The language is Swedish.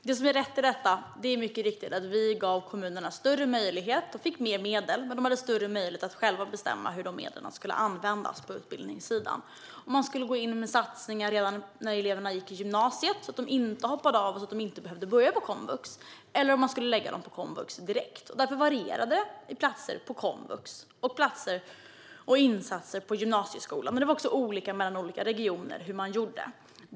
Fru talman! Det som är rätt i detta är mycket riktigt att vi gav kommunerna mer medel och större möjlighet att själva bestämma hur dessa medel skulle användas på utbildningssidan. Man skulle gå in med satsningar redan när eleverna gick på gymnasiet så att de inte hoppade av och därmed inte behövde börja på komvux. Man kunde också lägga medlen direkt på komvux. Därför varierade antalet platser på komvux och platser och insatser på gymnasieskolan. Olika regioner gjorde dessutom på olika sätt.